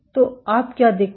तो आप क्या देखते हैं